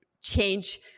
change